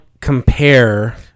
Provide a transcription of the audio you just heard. compare